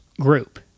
group